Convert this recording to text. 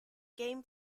game